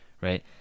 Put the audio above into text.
Right